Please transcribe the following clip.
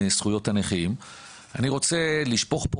אגב שאפשר